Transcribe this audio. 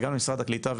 גם למשרד הקליטה,